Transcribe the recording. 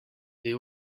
they